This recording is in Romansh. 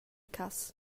cass